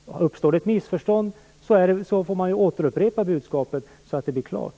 Om det uppstår något missförstånd får man återupprepa budskapet så att det blir klart.